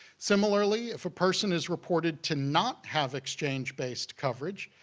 similarly, if a person is reported to not have exchange-based coverage,